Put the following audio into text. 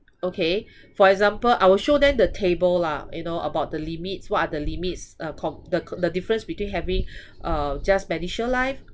okay for example I will show them the table lah you know about the limits what are the limits uh com~ the c~ the difference between having uh just medishield life